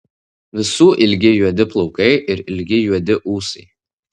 visų ilgi juodi plaukai ir ilgi juodi ūsai